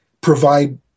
provide